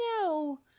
no